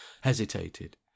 hesitated